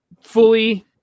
fully